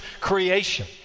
creation